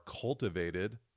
cultivated